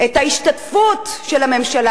את ההשתתפות של הממשלה,